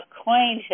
acquainted